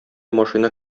машина